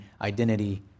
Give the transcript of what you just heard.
identity